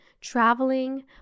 Traveling